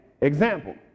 Example